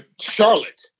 Charlotte